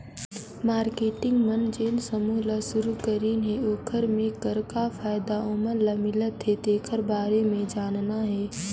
marketing मन जेन समूह ल सुरूकरीन हे ओखर मे कर का फायदा ओमन ल मिलत अहे तेखर बारे मे जानना हे